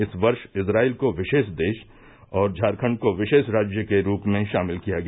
इस वर्ष इसाइल को विशेष देश और झारखंड को विशेष राज्य के रूप में शामिल किया गया